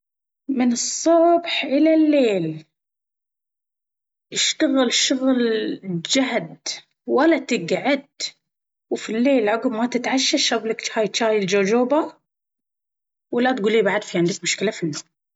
من الصبح إلى الليل اشتغل شغل الجهد ولا تقعد، وفي الليل عقب ما تتعشى اشرب لك جاي الجوجوبا وروح اتسبح بماي دافي علشان عضلاتك ترخي وصلي لك ركعتين ادعي فيهم رب العالمين ان يخلي نومك في راحة وسكينة وأقرأ قرآن وباذن الله بتنام مرتاح وتقعد مرتاح.